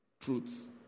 truths